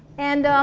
and